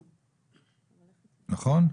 נכון?